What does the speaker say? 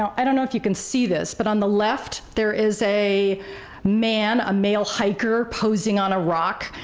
i don't know if you can see this, but on the left there is a man, a male hiker posing on a rock,